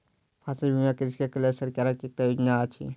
फसिल बीमा कृषक के लेल सरकारक एकटा योजना अछि